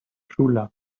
truelove